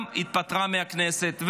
גם התפטרה מהכנסת,